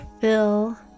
fill